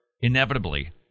inevitably